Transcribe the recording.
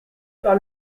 par